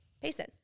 Payson